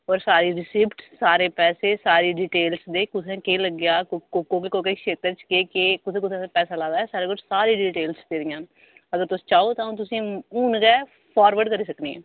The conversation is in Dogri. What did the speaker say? और सारी रिसीप्ट सारे पैसे सारी डिटेल कुत्थै केह् लग्गेआ कोह्दे कोह्दे क्षेत्र च केह् कुत्थै कुत्थै असें पैसा लाए दा साढ़े कोल सारी डिटेल्स पेदियां न अगर तुस चाहो ते अऊं तुसेंगी हुनै गै फारवर्ड करी सकनी आं